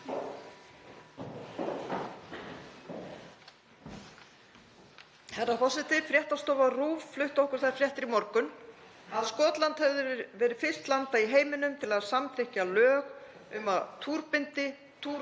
Herra forseti. Fréttastofa RÚV flutti okkur þær fréttir í morgun að Skotland hefði orðið fyrst landa í heiminum til að samþykkja lög um að túrbindi, túrtappar